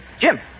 Jim